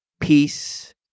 peace